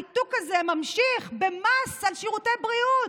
הניתוק הזה ממשיך במס על שירותי בריאות.